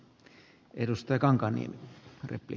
herra puhemies